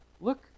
look